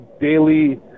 daily